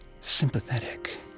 sympathetic